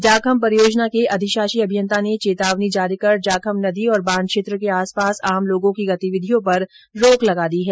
जाखम परियोजना के अधिशाषी अभियंता ने चेतावनी जारी कर जाखम नदी और बांध क्षेत्र के आस पास आम लोगों की गतिविधियों पर रोक लगा दी है